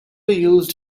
used